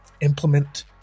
implement